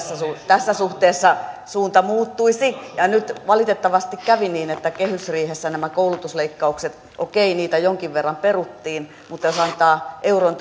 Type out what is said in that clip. tässä suhteessa suunta muuttuisi nyt valitettavasti kävi niin että kehysriihessä nämä koulutusleikkaukset okei niitä jonkin verran peruttiin mutta jos antaa euron